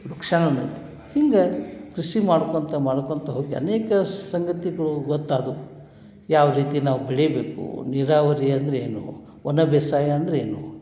ನುಕ್ಸಾನು ಐತೆ ಹಿಂಗೆ ಕೃಷಿ ಮಾಡ್ಕೊಳ್ತಾ ಮಾಡ್ಕೊಳ್ತಾ ಹೋಗಿ ಅನೇಕ ಸಂಗತಿಗಳು ಗೊತ್ತು ಆದವು ಯಾವ ರೀತಿ ನಾವು ಬೆಳೀಬೇಕು ನೀರಾವರಿ ಅಂದ್ರೆ ಏನು ಒಣ ಬೇಸಾಯ ಅಂದ್ರೆ ಏನು